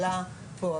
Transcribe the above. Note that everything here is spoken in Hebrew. עלה פה.